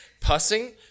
pussing